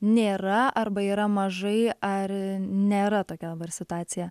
nėra arba yra mažai ar nėra tokia dabar situacija